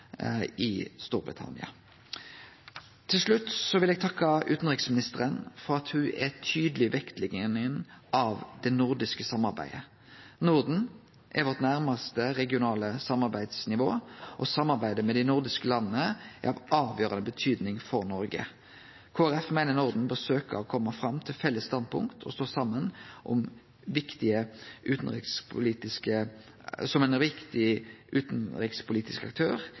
i Storbritannia. Til slutt vil eg takke utanriksministeren for at ho er tydeleg i vektlegginga av det nordiske samarbeidet. Norden er vårt næraste regionale samarbeidsnivå, og samarbeidet med dei nordiske landa har avgjerande betyding for Noreg. Kristeleg Folkeparti meiner Norden bør prøve å kome fram til felles standpunkt og stå saman som ein viktig utanrikspolitisk aktør